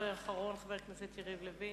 הדובר האחרון, חבר הכנסת יריב לוין.